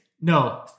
No